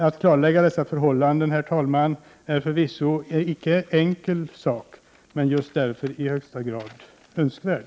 Att klarlägga dessa förhållanden, herr talman, är förvisso icke en enkel sak, men just därför i högsta grad önskvärt.